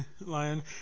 lion